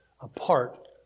apart